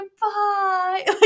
bye